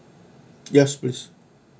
yes please